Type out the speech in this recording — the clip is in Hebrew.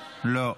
--- לא.